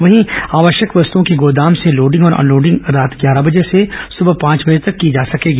वहीं आवश्यक वस्तुओं की गोदामों में लोडिंग और अनलोडिंग रात ग्यारह बजे से सुबह पांच बजे तक की जा सकेगी